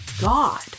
God